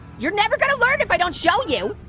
you're never gonna learn if i don't show you.